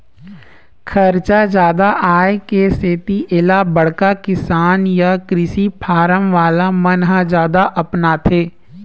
खरचा जादा आए के सेती एला बड़का किसान य कृषि फारम वाला मन ह जादा अपनाथे